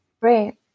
Right